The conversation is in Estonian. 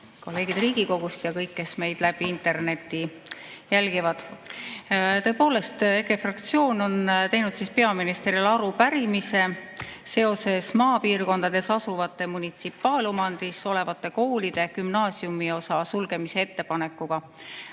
kolleegid Riigikogust ja kõik, kes meid interneti teel jälgivad! Tõepoolest, EKRE fraktsioon on teinud peaministrile arupärimise maapiirkondades asuvate munitsipaalomandis olevate koolide gümnaasiumiosa sulgemise ettepaneku